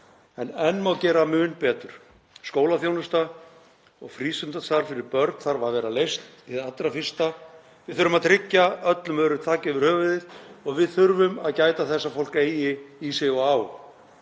en enn má gera mun betur. Skólaþjónusta og frístundastarf fyrir börn þarf að vera leyst hið allra fyrsta. Við þurfum að tryggja öllum öruggt þak yfir höfuðið og við þurfum að gæta þess að fólk eigi í sig og á.